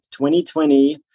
2020